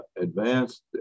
Advanced